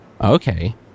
Okay